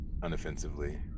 unoffensively